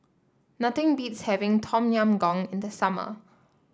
nothing beats having Tom Yam Goong in the summer